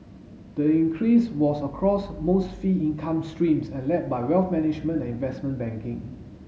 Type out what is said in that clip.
the increase was across most fee income streams and led by wealth management and investment banking